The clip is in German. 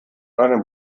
eine